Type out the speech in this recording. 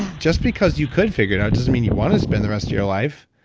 just because you could figure it out doesn't mean you want to spend the rest of your life.